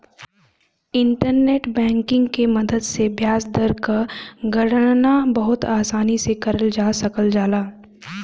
internet banking के मदद से ब्याज दर क गणना बहुत आसानी से करल जा सकल जाला